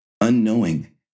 unknowing